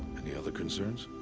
any other concerns?